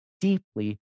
deeply